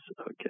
Okay